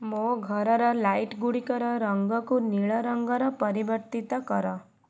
ମୋ ଘରର ଲାଇଟ୍ ଗୁଡ଼ିକର ରଙ୍ଗକୁ ନୀଳ ରଙ୍ଗରେ ପରିବର୍ତ୍ତିତ କର